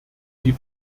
sie